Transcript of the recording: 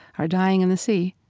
are dying in the sea.